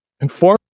Inform